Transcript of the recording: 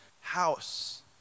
house